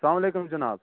سلام علیکُم جناب